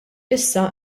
issa